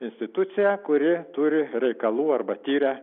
institucija kuri turi reikalų arba tiria